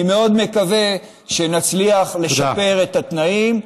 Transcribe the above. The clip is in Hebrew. אני מאוד מקווה שנצליח לשפר את התנאים.